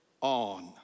on